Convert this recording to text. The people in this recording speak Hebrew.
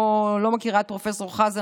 לא מכירה את פרופ' חזן,